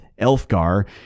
Elfgar